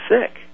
sick